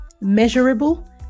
measurable